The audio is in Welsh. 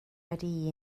wedi